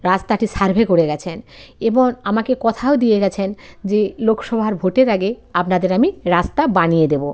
রাস্তাটি সার্ভে করে গেছেন এবং আমাকে কথাও দিয়ে গেছেন যে লোকসভার ভোটের আগে আপনাদের আমি রাস্তা বানিয়ে দেবো